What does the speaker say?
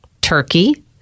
turkey